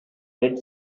dead